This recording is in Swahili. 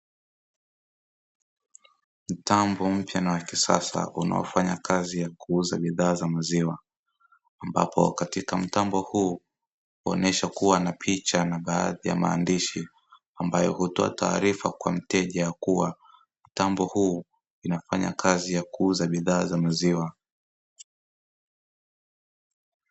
Mtambo mpya na wa kisasa unaofanya kazi ya kuuza bidhaa za maziwa, ambapo katika mtambo huu huonesha kuwa na picha na baadhi ya maandishi ambayo hutoa taarifa kwa mteja, kuwa mtambo huu inafanya kazi ya kuuza bidhaa za maziwa.